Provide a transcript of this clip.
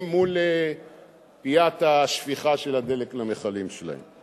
מול פיית השפיכה של הדלק למכלים שלהם.